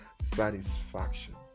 satisfaction